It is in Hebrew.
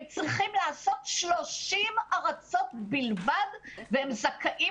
הם צריכים לעשות 30 הרצות בלבד והם זכאים